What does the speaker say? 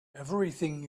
everything